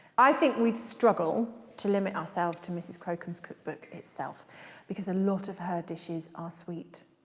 i think we'd struggle to limit ourselves to mrs crocombe's cookbook itself because a lot of her dishes are sweet.